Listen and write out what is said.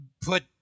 put